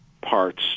parts